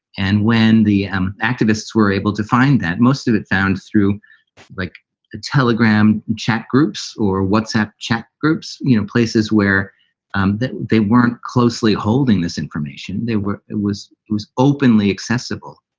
and when the activists were able to find that most of it found through like a telegram chat groups or whatsapp chat groups, you know, places where um they weren't closely holding this information. they were it was was openly accessible.